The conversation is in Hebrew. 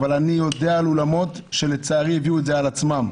אבל אני יודע על אולמות שלצערי הביאו את זה על עצמם.